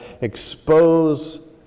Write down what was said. Expose